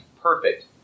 perfect